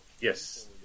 yes